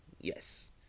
yes